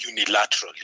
unilaterally